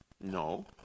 No